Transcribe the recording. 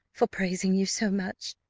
for praising you so much.